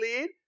lead